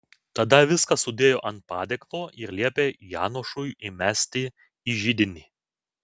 tada viską sudėjo ant padėklo ir liepė janošui įmesti į židinį